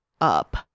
up